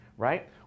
right